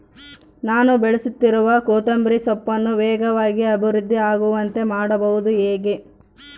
ನಾನು ಬೆಳೆಸುತ್ತಿರುವ ಕೊತ್ತಂಬರಿ ಸೊಪ್ಪನ್ನು ವೇಗವಾಗಿ ಅಭಿವೃದ್ಧಿ ಆಗುವಂತೆ ಮಾಡುವುದು ಹೇಗೆ?